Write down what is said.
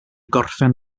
gorffen